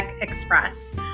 Express